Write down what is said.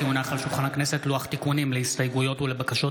כי הונח על שולחן הכנסת לוח תיקונים להסתייגויות ולבקשות